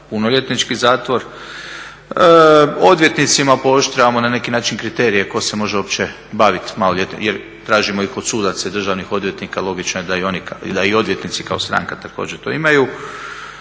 punoljetnički zatvor. Odvjetnicima pooštravamo na neki način kriterije tko se može uopće baviti maloljetničkim jer tražimo ih od sudaca i državnih odvjetnika, logično je da i odvjetnici kao stranka također to imaju.